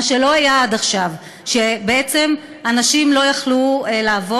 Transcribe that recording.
זה לא היה עד עכשיו, אנשים לא יכלו לעבור.